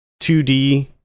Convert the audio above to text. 2D